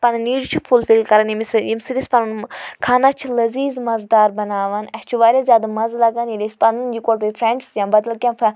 پَنٕنۍ نیٖڈٕس چھِ فُلفِل کران ییٚمِس ییٚمہِ سۭتۍ أسۍ پَنُن کھانا چھِ لذیٖذ مَزٕدار بناوان اسہِ چھُ واریاہ زیادٕ مَزٕ لگان ییٚلہِ أسۍ پَنٕنۍ یِکوۄٹٔے فرٛیٚنٛڈٕس یا بدل کیٚنٛہہ